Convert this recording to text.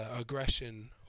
aggression